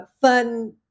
fun